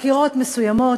חקירות מסוימות,